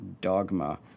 dogma